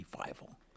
revival